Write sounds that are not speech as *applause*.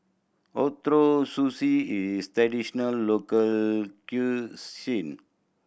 Ootoro Sushi is traditional local *unintelligible*